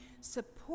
support